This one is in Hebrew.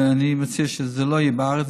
אני מציע שזה לא יהיה בארץ,